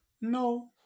No